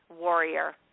warrior